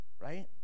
right